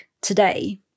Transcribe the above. today